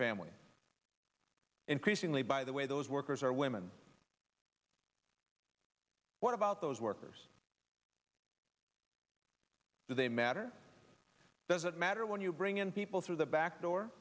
families increasingly by the way those workers are women what about those workers do they matter does it matter when you bring in people through the back door